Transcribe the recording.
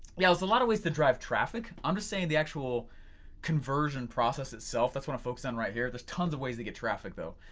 yeah there's a lot of ways to drive traffic i'm just saying the actual conversion process itself that's what i'm focusing on right here. there's tons of ways to get traffic though.